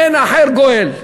אין אחר גואל.